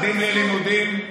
ממדים ללימודים,